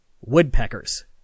Woodpeckers